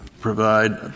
provide